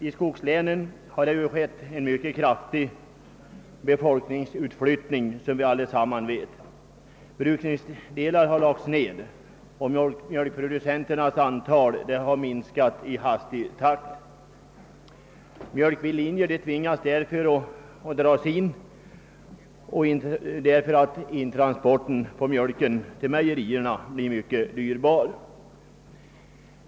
I skogslänen har befolkningsutflyttningen varit mycket kraftig, som vi alla vet. Brukningsdelar har lagts ned och mjölkproducenternas antal har minskat i hastig takt. Man har därför tvingats dra in mjölkbillinjer, eftersom transporten till mejerierna blivit mycket dyrbar.